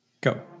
go